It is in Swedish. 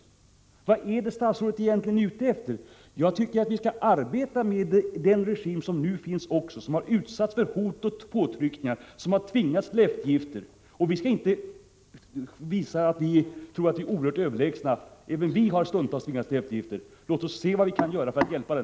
Vad är det statsrådet är ute efter egentligen? Jag tycker att vi skall arbeta också med den regim som nu finns, som har utsatts för hot och påtryckningar, och som har tvingats till eftergifter. Vi skall inte tro att vi är så oerhört överlägsna — även vi har stundtals tvingats till eftergifter. Låt oss se vad vi kan göra för att hjälpa den!